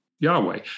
Yahweh